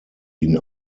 ihn